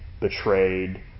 betrayed